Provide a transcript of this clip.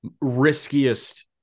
riskiest